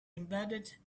embedded